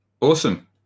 Awesome